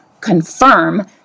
confirm